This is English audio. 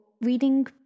reading